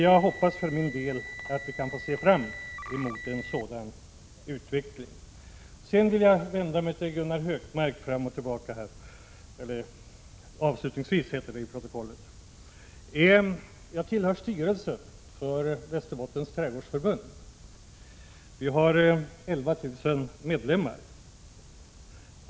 Jag hoppas för min del att vi kan se fram mot en sådan utveckling. Sedan vill jag avslutningsvis vända mig till Gunnar Hökmark. Jag tillhör styrelsen för Västerbottens trädgårdsförbund. Vi har 11 000 medlemmar.